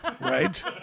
Right